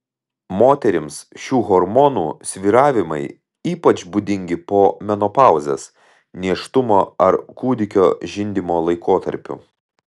moterims šių hormonų svyravimai ypač būdingi po menopauzės nėštumo ar kūdikio žindymo laikotarpiu